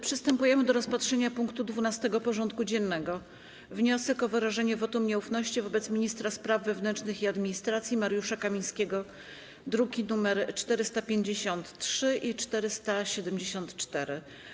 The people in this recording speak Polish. Przystępujemy do rozpatrzenia punktu 12. porządku dziennego: Wniosek o wyrażenie wotum nieufności wobec Ministra Spraw Wewnętrznych i Administracji Mariusza Kamińskiego (druki nr 453 i 474)